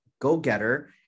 go-getter